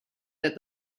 that